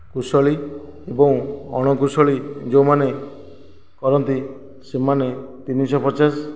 କୁଶଳୀ ଏବଂ ଅଣକୁଶଳୀ ଯେଉଁମାନେ କରନ୍ତି ସେମାନେ ତିନି ଶହ ପଚାଶ